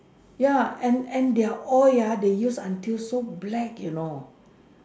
ya and and their oil ah they used until so black you know